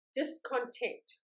discontent